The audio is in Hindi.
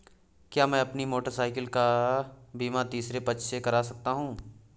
क्या मैं अपनी मोटरसाइकिल का बीमा तीसरे पक्ष से करा सकता हूँ?